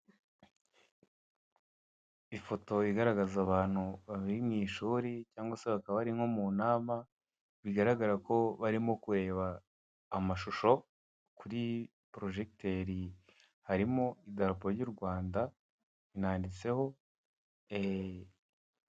Ifoto igaragaza abantu bari mu ishuri, cyangwa se bakaba ari nko mu nama bigaragara ko barimo kureba amashusho kuri porojeteri, harimo idarapo ry'u Rwanda ryanditseho.